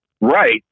Right